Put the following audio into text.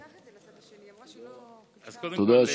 תודה.